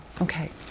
okay